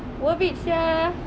worth it sia